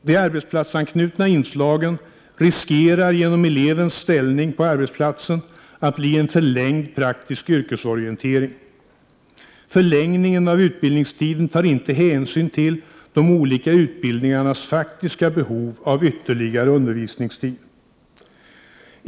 De arbetsplatsanknutna inslagen riskerar genom elevens ställning på arbetsplatsen att bli en förlängd praktisk yrkesorientering. Förlängningen av utbildningstiden tar inte hänsyn till de olika utbildningarnas faktiska behov av ytterligare undervisningstid.